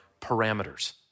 parameters